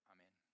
Amen